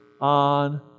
on